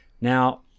Now